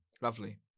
Lovely